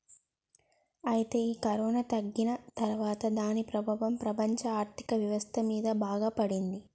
అయితే ఈ కరోనా తగ్గిన తర్వాత దాని ప్రభావం ప్రపంచ ఆర్థిక వ్యవస్థ మీద బాగా పడింది